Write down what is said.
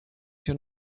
your